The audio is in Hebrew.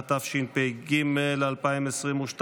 התשפ"ג 2022,